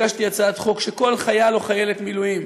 הגשתי הצעת חוק שכל חייל או חיילת מילואים